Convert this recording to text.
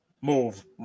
move